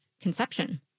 conception